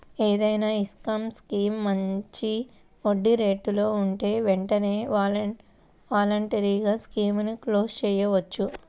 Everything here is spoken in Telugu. ఏదైనా ఇన్కం స్కీమ్ మంచి వడ్డీరేట్లలో ఉంటే వెంటనే వాలంటరీగా స్కీముని క్లోజ్ చేసుకోవచ్చు